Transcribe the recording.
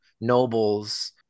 noble's